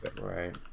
Right